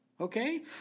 okay